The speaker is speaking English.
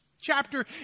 chapter